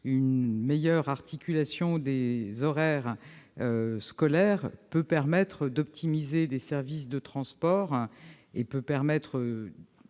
Une meilleure articulation des horaires scolaires peut permettre d'optimiser des services de transports scolaires